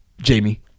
Jamie